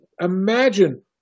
Imagine